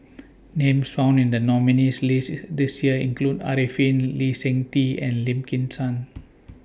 Names found in The nominees' list This Year include Arifin Lee Seng Tee and Lim Kim San